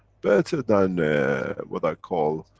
better than a what i call.